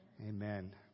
Amen